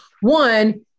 One